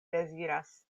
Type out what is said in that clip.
deziras